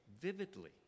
vividly